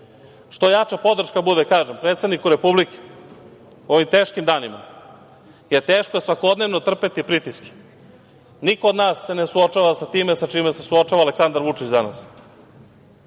Što jača podrška bude predsedniku Republike Srbije u ovim teškim danima, jer je teško svakodnevno trpeti pritiske. Niko od nas se ne suočava sa tim sa čim se suočava Aleksandar Vučić danas. On